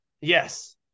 yes